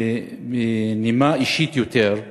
בנימה אישית יותר,